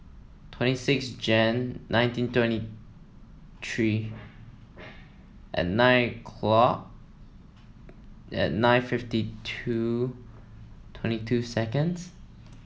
twenty six Jan nineteen twenty three and nine o'clock and nine fifty two twenty two seconds